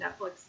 Netflix